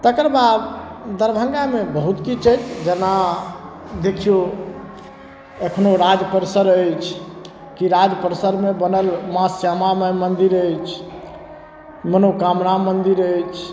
तकर बाद दरभंगामे बहुत किछु अछि जेना देखियौ एखनो राज परिसर अछि कि राज परिसरमे बनल माँ श्यामा माइ मन्दिर अछि मनोकामना मन्दिर अछि